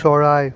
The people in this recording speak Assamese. চৰাই